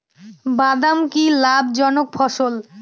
বাদাম কি লাভ জনক ফসল?